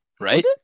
Right